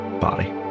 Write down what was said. body